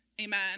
Amen